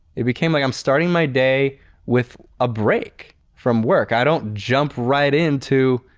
it became like i am starting my day with a break from work. i don't jump right into,